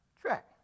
track